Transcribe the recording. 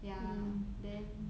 ya then